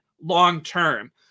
long-term